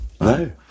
No